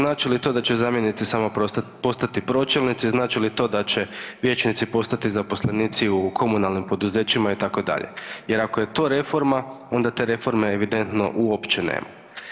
Znači li to da će zamjenici postati samo pročelnici, znači li to da će vijećnici postati zaposlenici u komunalnim poduzećima itd. jer ako je to reforma, onda te reforme evidentno uopće nema.